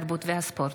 התרבות והספורט.